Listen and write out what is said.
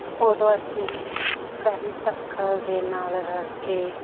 ਉਦੋਂ ਅਸੀਂ friend circle ਦੇ ਨਾਲ ਰਲ ਕੇ